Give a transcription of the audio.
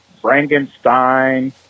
Frankenstein